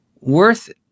worth